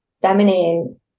feminine